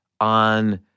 on